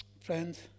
Friends